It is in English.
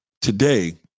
today